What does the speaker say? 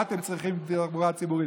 בשבת הם צריכים תחבורה הציבורית.